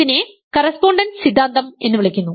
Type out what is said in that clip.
ഇതിനെ "കറസ്പോണ്ടൻസ് സിദ്ധാന്തം" എന്ന് വിളിക്കുന്നു